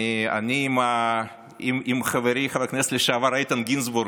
אני עם חברי חבר הכנסת לשעבר איתן גינזבורג,